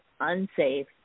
unsafe